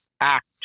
act